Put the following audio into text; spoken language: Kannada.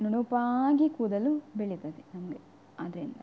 ನುಣುಪಾಗಿ ಕೂದಲು ಬೆಳೆಯುತ್ತದೆ ನಮಗೆ ಆದ್ದರಿಂದ